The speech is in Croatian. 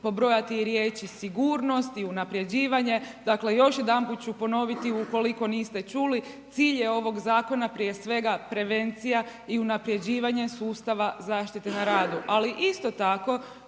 pobrojati i riječi sigurnost i unaprjeđivanje, dakle još jedanput ću ponoviti, ukoliko niste čuli, cilj je ovog zakona prije svega, prevencija i unaprjeđivanje sustava zaštite na radu ali isto tako